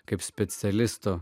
kaip specialisto